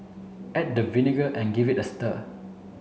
add the vinegar and give it a stir